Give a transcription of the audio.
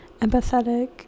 empathetic